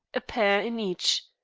a pair in each.